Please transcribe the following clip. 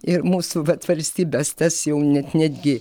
ir mūsų valstybės tas jau net netgi